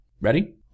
Ready